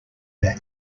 that